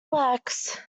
works